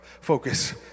focus